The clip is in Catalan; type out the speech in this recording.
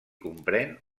comprèn